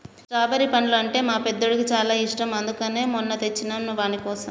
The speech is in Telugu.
స్ట్రాబెరి పండ్లు అంటే మా పెద్దోడికి చాలా ఇష్టం అందుకనే మొన్న తెచ్చినం వానికోసం